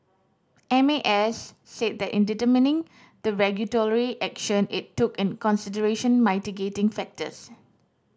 M A S said that in determining the regulatory action it took in consideration mitigating factors